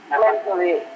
mentally